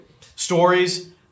Stories